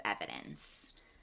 evidence